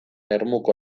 ermuko